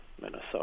Minnesota